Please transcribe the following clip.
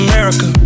America